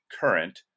current